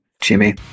jimmy